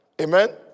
Amen